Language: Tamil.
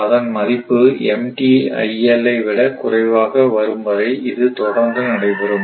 அதன் மதிப்பு MTIL ஐ விட குறைவாக வரும் வரை இது தொடர்ந்து நடைபெறும்